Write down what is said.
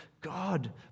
God